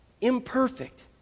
imperfect